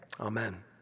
Amen